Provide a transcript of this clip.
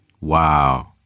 Wow